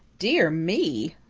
dear me!